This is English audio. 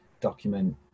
document